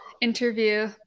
interview